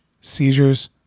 seizures